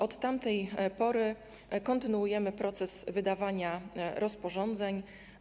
Od tamtej pory kontynuujemy proces wydawania rozporządzeń.